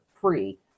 free